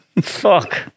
fuck